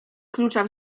klucza